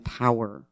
power